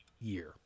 year